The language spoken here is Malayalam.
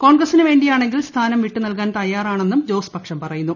കോൺഗ്രസിനു വേണ്ടിയാണെങ്കിൽ സ്ഥാനം വിട്ടു നൽകാൻ തയ്യാറാണെന്നും ജോസ് പക്ഷം പറയുന്നു